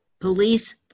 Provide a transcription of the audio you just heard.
police